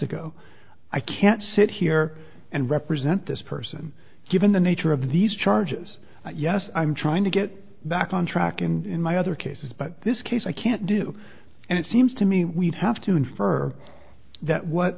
ago i can't sit here and represent this person given the nature of these charges yes i'm trying to get back on track and in my other cases but this case i can't do and it seems to me we'd have to infer that what